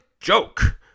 Joke